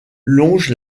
longe